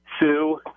Sue